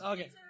Okay